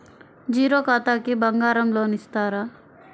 Zero ఖాతాకి బంగారం loan ఇస్తారా?